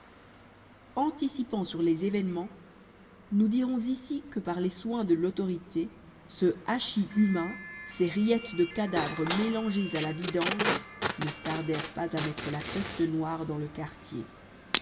anticipant sur les événements nous dirons ici que par les soins de l'autorité ce hachis humain ces rillettes de cadavres mélangés à la vidange ne tardèrent pas à mettre la peste noire dans le quartier